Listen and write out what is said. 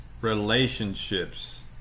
relationships